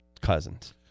cousins